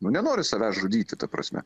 nenori savęs žudyti ta prasme